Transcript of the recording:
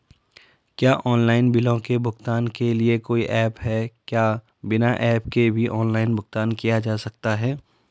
क्या ऑनलाइन बिलों के भुगतान के लिए कोई ऐप है क्या बिना ऐप के भी ऑनलाइन भुगतान किया जा सकता है?